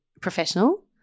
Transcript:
professional